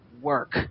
work